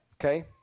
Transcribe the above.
Okay